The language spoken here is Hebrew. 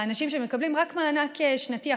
לאנשים שמקבלים רק מענק שנתי,